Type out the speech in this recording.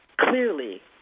clearly